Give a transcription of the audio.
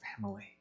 family